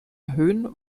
erhöhen